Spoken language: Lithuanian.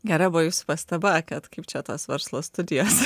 ger buvo jūsų pastaba kad kaip čia tos verslo studijos